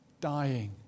dying